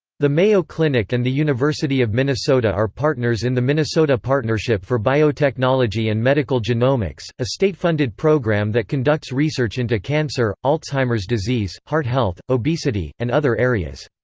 the mayo clinic and the university of minnesota are partners in the minnesota partnership for biotechnology and medical genomics, a state-funded program that conducts research into cancer, alzheimer's disease, heart health, obesity, and other areas.